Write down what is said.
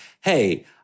hey